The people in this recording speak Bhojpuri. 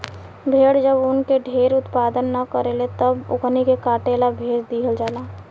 भेड़ जब ऊन के ढेर उत्पादन न करेले तब ओकनी के काटे ला भेज दीहल जाला